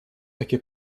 takie